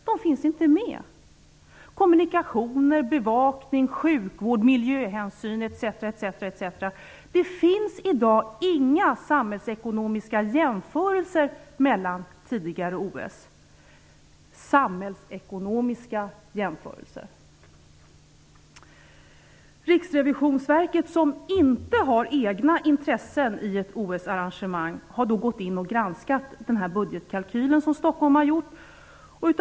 De finns inte med. Det gäller t.ex. kommunikationer, bevakning, sjukvård, miljöhänsyn etc. Det finns i dag inga samhällsekonomiska jämförelser gjorda mellan tidigare OS. Riksrevisionsverket, som inte har egna intressen i ett OS-arrangemang, har granskat den budgetkalkyl som Stockholm har gjort.